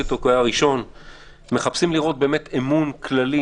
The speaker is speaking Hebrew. מחפשים לראות אמון כללי,